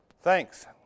Thanks